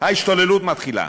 ההשתוללות מתחילה.